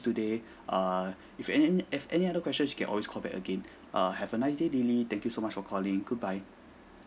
today err if any if any other questions you can always call back again err have a nice day dilly thank you so much for calling goodbye